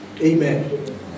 Amen